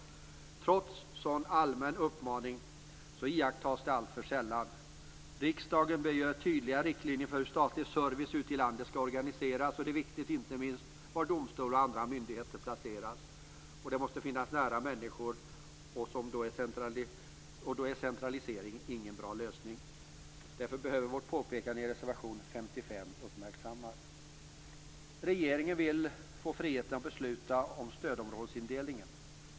Trots en sådan allmän uppmaning iakttas detta alltför sällan. Riksdagen bör ge tydliga riktlinjer för hur statlig service ute i landet skall organiseras. Det är inte minst viktigt var domstolar och andra myndigheter placeras. De måste finnas nära människor, och då är centralisering ingen bra lösning. Därför behöver vårt påpekande i reservation 55 uppmärksammas. Regeringen vill få friheten att besluta om stödområdesindelningen.